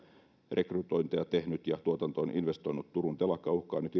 rekrytointeja tehnyt ja tuotantoon investoinut turun telakka uhkaa nyt